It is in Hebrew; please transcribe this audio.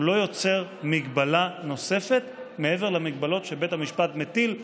הוא לא יוצר מגבלה נוספת מעבר למגבלות שבית המשפט מטיל,